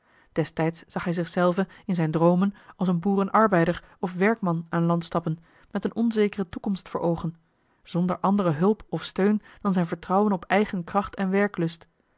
destijds zag hij zich zelven in zijne droomen als een boerenarbeider of werkman aan land stappen met eene onzekere toekomst voor oogen zonder andere hulp of steun dan zijn vertrouwen op eigen kracht en werklust